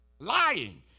Lying